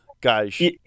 guys